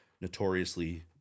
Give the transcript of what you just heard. notoriously